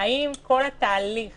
האם כל התהליך